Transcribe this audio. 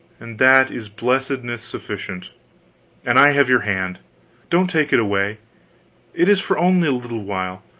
and that is blessedness sufficient and i have your hand don't take it away it is for only a little while,